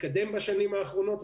מתקדם בשנים האחרונות,